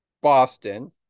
Boston